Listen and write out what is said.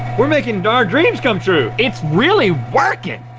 we're making our dreams come true. it's really workin'!